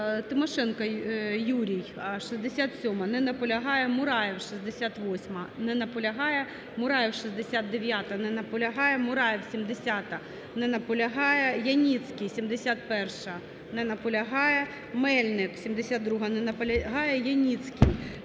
Тимошенко Юрій, 67-а. Не наполягає. Мураєв, 68-а. Не наполягає. Мураєв, 69-а Не наполягає. Мураєв, 70-а. Не наполягає. Яніцький, 71-а. Не наполягає. Мельник, 72-а. Не наполягає. Яніцький,